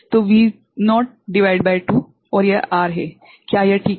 तो V0 भागित 2 और यह R है क्या यह ठीक है